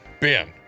Ben